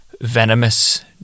venomous